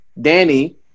danny